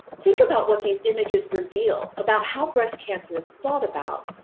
think about what these images reveal about how breast cancer is thought about,